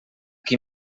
qui